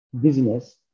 business